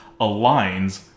aligns